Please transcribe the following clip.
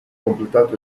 completato